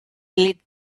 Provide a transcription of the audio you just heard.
lit